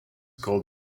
called